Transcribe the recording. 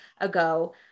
ago